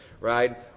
right